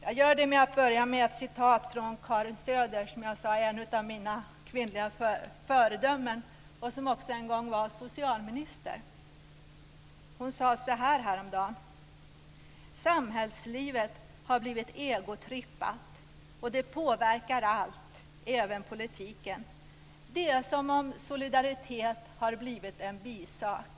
Jag gör det med att börja med att citera Karin Söder. Som jag sade är hon en av mina kvinnliga föredömen. Hon var också en gång socialminister. Hon sade så här häromdagen: "Samhällslivet har blivit egotrippat och det påverkar allt, även politiken. Det är som om solidaritet har blivit en bisak."